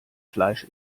fleisch